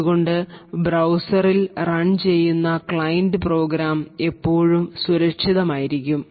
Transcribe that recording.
അതുകൊണ്ട് ബ്രൌസറിൽ റൺ ചെയ്യുന്ന ക്ലൈന്റ് പ്രോഗ്രാം എപ്പോഴും സുരക്ഷിതമായിരിക്കും